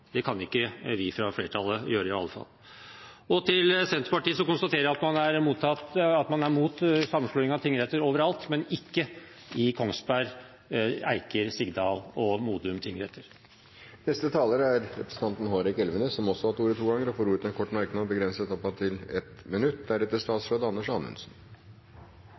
Det kan i hvert fall ikke vi fra flertallet gjøre. Og til Senterpartiet som konstaterer at man er mot sammenslåing av tingretter overalt, men ikke i Kongsberg, Eiker, Sigdal og Modum tingretter. Representanten Hårek Elvenes har hatt ordet to ganger og får ordet til en kort merknad, begrenset til 1 minutt.